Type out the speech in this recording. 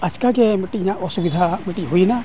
ᱟᱪᱠᱟᱜᱮ ᱢᱤᱫᱴᱤᱡ ᱤᱧᱟᱹᱜ ᱚᱥᱩᱵᱤᱫᱷᱟ ᱢᱤᱫᱴᱤᱡ ᱦᱩᱭᱮᱱᱟ